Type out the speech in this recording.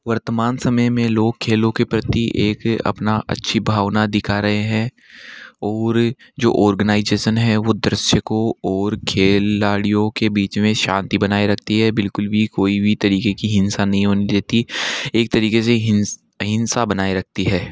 वर्तमान समय में लोग खेलों के प्रति एक अपना अच्छी भावना दिखा रहे है और जो ऑर्गनाइजेसन है वह दर्शकों और खिलाड़ियों के बीच में शांति बनाए रखती है बिल्कुल भी कोई भी तरीके की हिंसा नहीं होने देती एक तरीके से अहिंसा बनाए रखती है